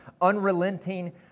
unrelenting